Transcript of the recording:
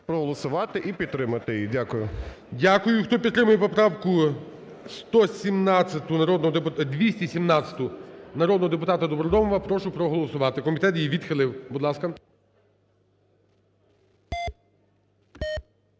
проголосувати і підтримати її. ГОЛОВУЮЧИЙ. Дякую. Хто підтримує поправку 217 народного депутата Добродомова, прошу проголосувати, комітет її відхилив, будь ласка.